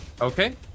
Okay